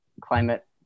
Climate